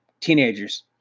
teenagers